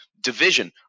Division